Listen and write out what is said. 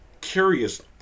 curious